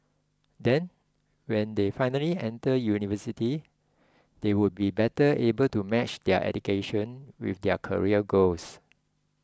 then when they finally enter university they would be better able to match their education with their career goals